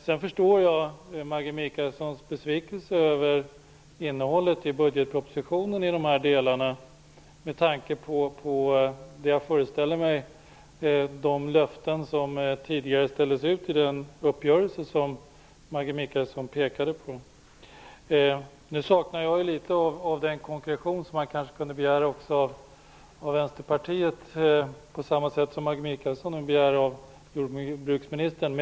Jag förstår också Maggi Mikaelssons besvikelse över innehållet i budgetpropositionen i dessa delar med tanke på de löften som jag föreställer mig tidigare ställdes ut i den uppgörelse som Maggi Nu saknar jag litet av den konkrektion som man kanske kunde begära också av Vänsterpartiet på samma sätt som Maggi Mikaelsson nu begär av jordbruksministern.